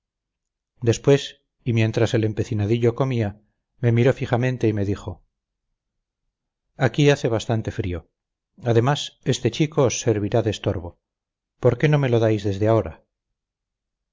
después y mientras el empecinadillo comía me miró fijamente y me dijo aquí hace bastante frío además este chico os servirá de estorbo por qué no me lo dais desde ahora